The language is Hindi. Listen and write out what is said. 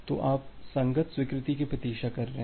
तो आप संगत स्वीकृति की प्रतीक्षा कर रहे हैं